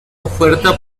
oferta